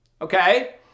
okay